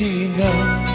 enough